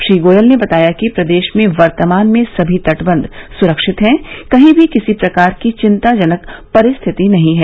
श्री गोयल ने बताया कि प्रदेश में वर्तमान में सभी तटबंध स्रक्षित है कहीं भी किसी भी प्रकार की चिंताजनक परिस्थिति नहीं है